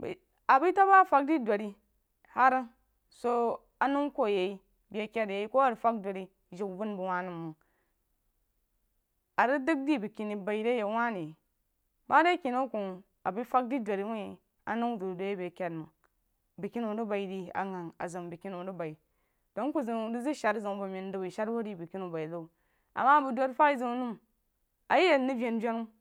bəi a bəí tambafəg dí durí her so a nau kou yeh bei kad yeh kuh rig fəg di duri jiw vəm bah wuh nəm məng a rig dəng di bagkeni bei a ri ma de kemau kah a bəi fəg de duri wuh a nau zəg ziu dah be kad məng bəg keni wuh rig bei di a azam bəgkeni wu rig baí dəng mpərztuu rig zəg sher zeun a bo men mzəg shan wu ri bəng wu bai ziw ama bəng duri fəg ziu nəm a yeh yak mrig yamvanu.